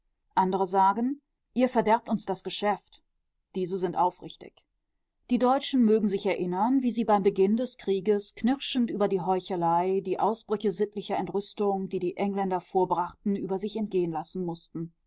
andere sagen ihr verderbt uns das geschäft diese sind aufrichtig die deutschen mögen sich erinnern wie sie beim beginn des krieges knirschend über die heuchelei die ausbrüche sittlicher entrüstung die die engländer vorbrachten über sich ergehen lassen mußten